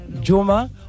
juma